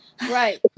Right